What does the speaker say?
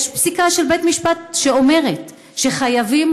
יש פסיקה של בית משפט שאומרת שחייבים